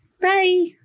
Bye